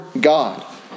God